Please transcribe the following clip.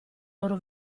loro